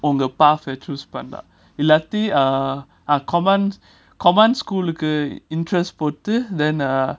அந்த:andha path eh choose பண்ணா இல்லாட்டி:panna illati uh ah command command school கு:ku interest போட்டு:potu then err